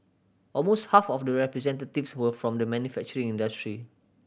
almost half of the representatives were from the manufacturing industry